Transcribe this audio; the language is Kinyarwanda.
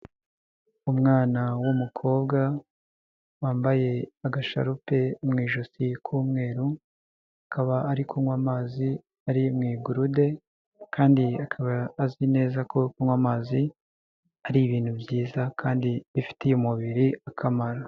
Umwana w'umukobwa wambaye agasharupe mu ijosi k'umweru, akaba ari kunywa amazi ari mu igurude kandi akaba azi neza ko kunywa amazi ari ibintu byiza kandi bifitiye umubiri akamaro.